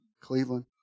Cleveland